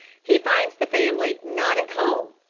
he finds the family not at home,